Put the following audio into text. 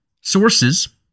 sources